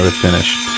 ah finish.